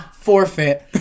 forfeit